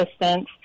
assistance